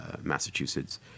Massachusetts